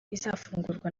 izafungurwa